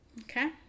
okay